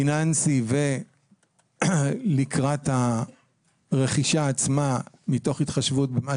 פיננסי לקראת הרכישה עצמה מתוך התחשבות במה